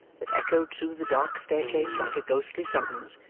that echoed through the dark staircase like a ghostly summons,